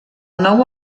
nou